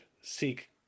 seek